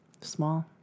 small